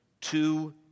two